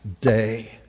day